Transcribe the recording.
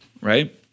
right